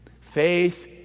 Faith